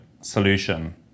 solution